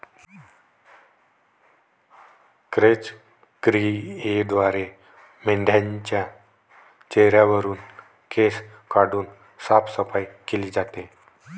क्रॅच क्रियेद्वारे मेंढाच्या चेहऱ्यावरुन केस काढून साफसफाई केली जाते